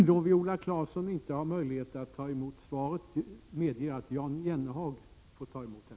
Då Viola Claesson inte har möjlighet att ta emot svaret medger jag att Jan Jennehag får ta emot det.